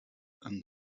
and